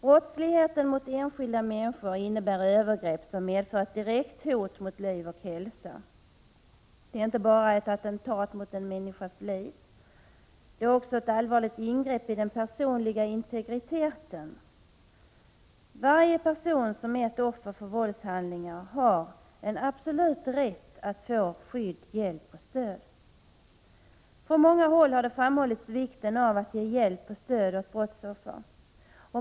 Brottsligheten mot enskilda människor innebär övergrepp som medför ett direkt hot mot liv och hälsa. Det är inte bara ett attentat mot en människas liv — det är också ett allvarligt ingrepp i den personliga integriteten. Varje person som blivit offer för våldshandlingar har en absolut rätt att få skydd, hjälp och stöd. Från många håll har framhållits vikten av att ge hjälp och stöd åt brottsoffer.